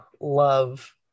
love